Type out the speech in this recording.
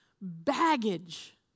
baggage